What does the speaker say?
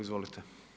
Izvolite.